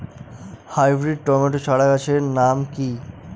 Hybrid tomato চারাগাছের নাম কি?